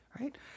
right